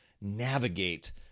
navigate